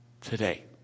today